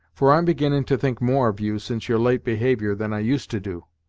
for i'm beginnin' to think more of you, since your late behaviour, than i used to do.